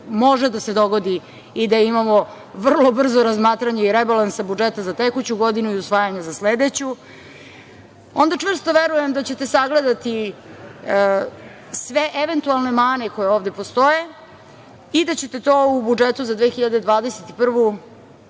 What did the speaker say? može da se dogodi i da imamo vrlo brzo razmatranje i rebalansa budžeta za tekuću godinu i usvajanje za sledeću, onda čvrsto verujem da ćete sagledati sve eventualne mane koje ovde postoje i da ćete to u budžetu za 2021.